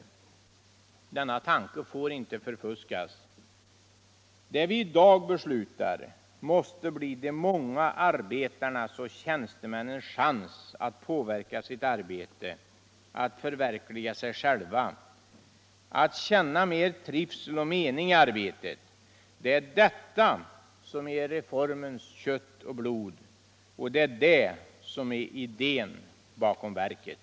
Denna tanke får inte förfuskas. Det vi i dag beslutar måste bli de många arbetarnas och tjänstemännens chans att påverka sitt arbete, att förverkliga sig själva, att känna mer trivsel och mening i arbetet. Det är detta som är reformens kött och blod. Det är det som är idén bakom verket.